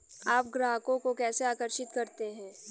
आप ग्राहकों को कैसे आकर्षित करते हैं?